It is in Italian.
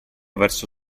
verso